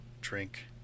drink